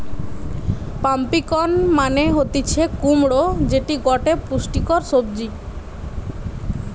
pumpkin মানে হতিছে কুমড়ো যেটি গটে পুষ্টিকর সবজি